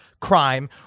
crime